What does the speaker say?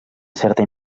certa